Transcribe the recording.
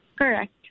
Correct